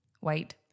white